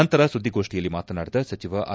ನಂತರ ಸುದ್ದಿಗೋಷ್ಠಿಯಲ್ಲಿ ಮಾತನಾಡಿದ ಸಚಿವ ಆರ್